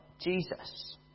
Jesus